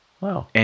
Wow